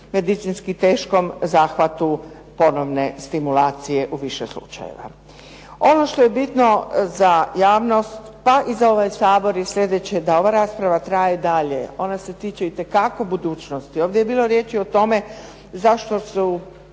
medicinski teškom zahvatu ponovne stimulacije u više slučajeva. Ono što je bitno za javnost, pa i za ovaj Sabor je slijedeće da ova rasprava traje. Ona se tiče itekako budućnosti. Ovdje je bilo riječi o tome zašto su